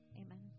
Amen